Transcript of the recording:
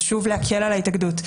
חשוב להקל על ההתאגדות,